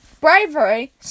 Bravery